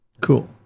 Cool